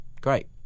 Great